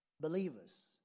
believers